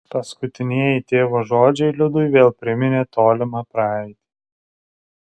paskutinieji tėvo žodžiai liudui vėl priminė tolimą praeitį